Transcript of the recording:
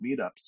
meetups